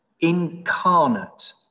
incarnate